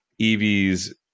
Evie's